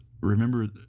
remember